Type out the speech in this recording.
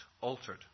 altered